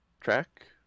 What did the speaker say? track